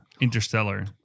Interstellar